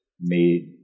made